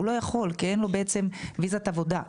הוא לא יכול כי אין לו בעצם ויזת עבודה.